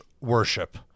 worship